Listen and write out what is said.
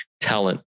talent